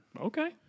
Okay